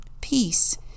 Peace